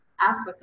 Africa